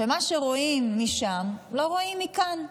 שמה שרואים משם לא רואים מכאן.